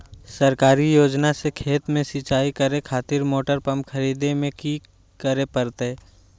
सरकारी योजना से खेत में सिंचाई करे खातिर मोटर पंप खरीदे में की करे परतय?